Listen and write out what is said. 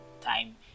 time